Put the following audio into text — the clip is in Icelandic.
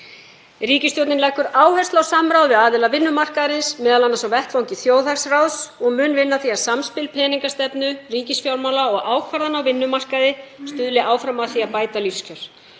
Ríkisstjórnin leggur áherslu á samráð við aðila vinnumarkaðarins, m.a. á vettvangi þjóðhagsráðs, og mun vinna að því að samspil peningastefnu, ríkisfjármála og ákvarðana á vinnumarkaði stuðli áfram að því að bæta lífskjör.